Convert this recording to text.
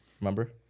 remember